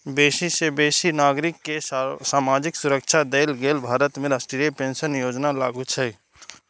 बेसी सं बेसी नागरिक कें सामाजिक सुरक्षा दए लेल भारत में राष्ट्रीय पेंशन योजना लागू छै